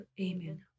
Amen